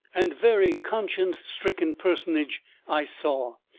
and very conscience-stricken personage i saw,